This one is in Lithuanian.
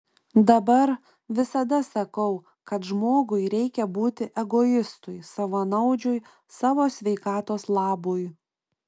dabar visada sakau kad žmogui reikia būti egoistui savanaudžiui savo sveikatos labui